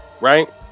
Right